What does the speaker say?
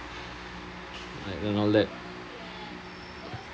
like you know let